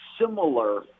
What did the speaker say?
similar